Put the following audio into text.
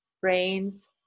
brains